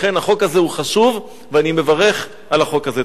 לכן, החוק הזה חשוב, ואני מברך על החוק הזה.